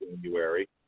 January